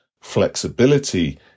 Flexibility